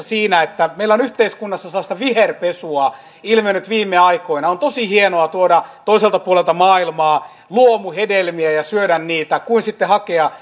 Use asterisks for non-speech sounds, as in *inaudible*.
*unintelligible* siinä että meillä on yhteiskunnassa semmoista viherpesua ilmennyt viime aikoina on hienompaa tuoda toiselta puolelta maailmaa luomuhedelmiä ja syödä niitä kuin sitten hakea *unintelligible*